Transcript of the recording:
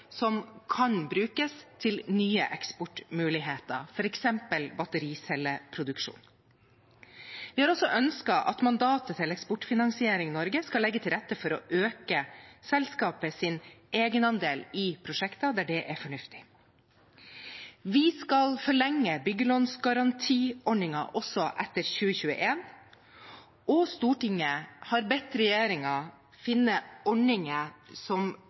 som kan brukes til nye eksportmuligheter, f.eks. battericelleproduksjon. Vi har også ønsket at mandatet til Eksportfinansiering Norge skal legge til rette for å øke selskapets egenandel i prosjekter, der det er fornuftig. Vi skal forlenge byggelånsgarantiordningen også etter 2021, og Stortinget har bedt regjeringen finne ordninger som